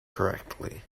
correctly